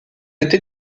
été